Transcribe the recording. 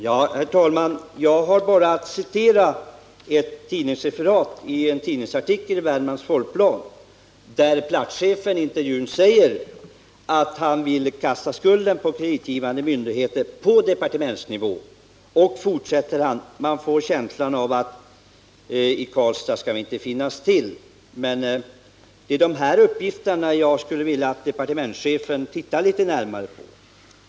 Herr talman! Jag har bara citerat ur en artikel i Värmlands Folkblad. Enligt artikeln sade platschefen i intervjun att han ville kasta skulden på kreditgivande myndigheter på departementsnivå. Han fortsätter: ”Man får känslan av att vi i Karlstad inte skall finnas till.” Det är dessa uppgifter jag skulle vilja att departementschefen tittade litet närmare på.